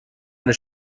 eine